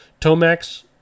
Tomax